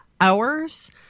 hours